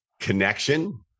connection